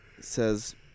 says